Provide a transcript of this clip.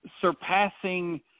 surpassing